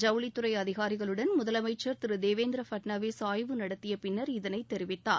ஜவுளித்துறை அதிகாரிகளுடன் முதலமைச்ச் திரு தேவேந்திர பட்னாவிஸ் ஆய்வு நடத்திய பின்னர் இதனை தெரிவித்தார்